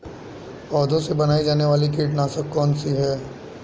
पौधों से बनाई जाने वाली कीटनाशक कौन सी है?